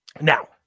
Now